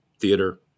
theater